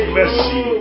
mercy